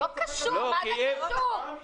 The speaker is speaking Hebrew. כפי שאמרת,